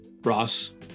Ross